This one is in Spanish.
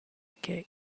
que